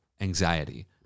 anxiety